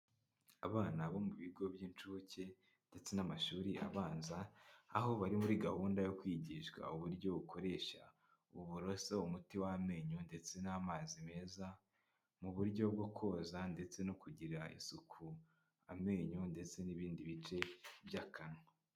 Abana bo mu bigo by'incuke ndetse n'amashuri abanza aho bari muri gahunda yo kwigishwa uburyo ukoresha uburose, umuti w'amenyo ndetse n'amazi meza, mu buryo bwo koza ndetse no kugirira isuku amenyo ndetse n'ibindi bice by'akanwa.